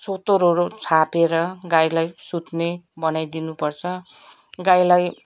सोत्तरहरू छापेर गाईलाई सुत्ने बनाई दिनु पर्छ गाईलाई